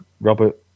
Robert